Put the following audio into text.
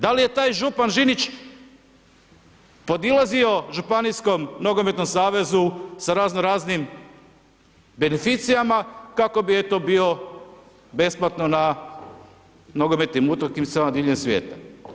Da li je taj župan Žinić, podilazio županijskom nogometnom savezu, sa razno raznim beneficijama, kako bi eto bio besplatno na nogometnim utakmicama diljem svijeta.